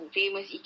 famous